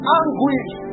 anguish